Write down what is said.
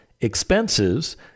expenses